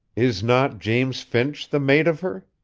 is not james finch the mate of her?